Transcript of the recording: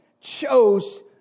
chose